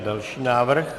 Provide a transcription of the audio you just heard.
Další návrh.